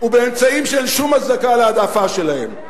ובאמצעים שאין שום הצדקה להעדפה שלהם.